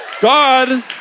God